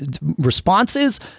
responses